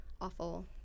awful